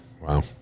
Wow